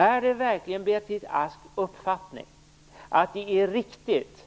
Är det verkligen Beatrice Asks uppfattning att det är riktigt